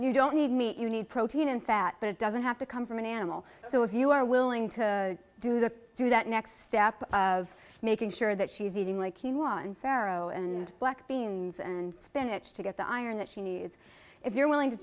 you don't need meat you need protein and fat but it doesn't have to come from an animal so if you are willing to do that do that next step of making sure that she's eating like you want and farrow and black beans and spinach to get the iron that she needs if you're willing to